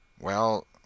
Well